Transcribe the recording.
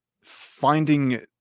finding